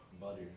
Butter